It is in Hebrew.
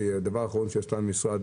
שהדבר האחרון שהיא עשתה במשרד